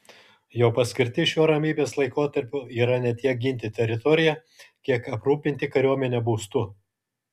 jo paskirtis šiuo ramybės laikotarpiu yra ne tiek ginti teritoriją kiek aprūpinti kariuomenę būstu